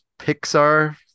Pixar